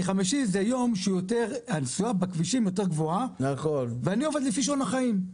כי חמישי זה יום שהנסיעות בכבישים יותר גבוהה ואני עובד לפי שעון החיים,